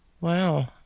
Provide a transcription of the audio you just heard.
Wow